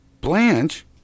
Blanche